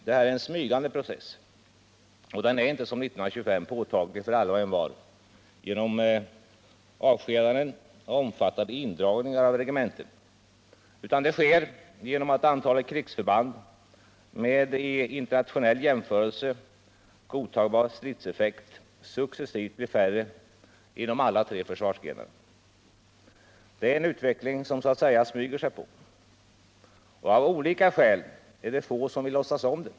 Det är en smygande process, och den är inte som 1925 påtaglig för alla och envar genom avskedanden och omfattande indragningar av regementen, utan den sker genom att antalet krigsförband med i internationell jämförelse godtagbar stridseffekt successivt blir färre inom alla tre försvarsgrenarna. Det är en utveckling som så att säga smyger sig på. Och av olika skäl är det få som vill låtsas om den.